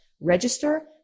register